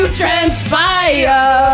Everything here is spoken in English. transpire